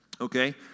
okay